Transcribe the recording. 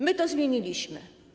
My to zmieniliśmy.